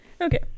Okay